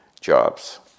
jobs